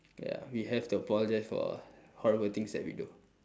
ya we have to apologise for horrible things that we do